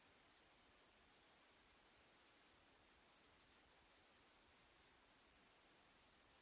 grazie.